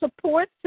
support